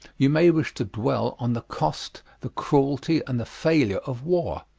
you may wish to dwell on the cost the cruelty, and the failure of war,